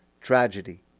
tragedy